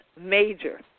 major